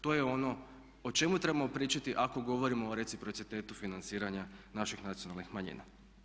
To je ono o čemu trebamo pričati ako govorimo o reciprocitetu financiranja naših nacionalnih manjina.